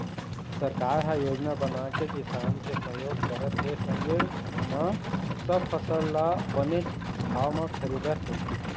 सरकार ह योजना बनाके किसान के सहयोग करत हे संगे म सब फसल ल बनेच भाव म खरीदत हे